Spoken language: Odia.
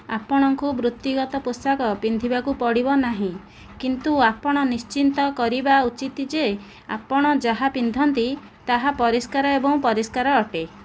ଆପଣଙ୍କୁ ବୃତ୍ତିଗତ ପୋଷାକ ପିନ୍ଧିବାକୁ ପଡ଼ିବ ନାହିଁ କିନ୍ତୁ ଆପଣ ନିଶ୍ଚିତ କରିବା ଉଚିତ୍ ଯେ ଆପଣ ଯାହା ପିନ୍ଧନ୍ତି ତାହା ପରିଷ୍କାର ଏବଂ ପରିଷ୍କାର ଅଟେ